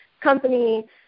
Company